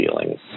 feelings